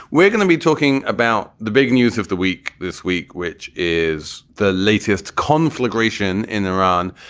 we're going to be talking about the big news of the week this week, which is the latest conflagration in iran,